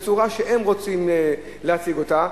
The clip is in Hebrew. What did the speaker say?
בצורה שהם רוצים להציג אותה,